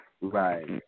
Right